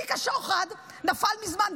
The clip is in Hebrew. תיק השוחד נפל מזמן.